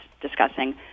discussing